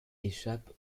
échappe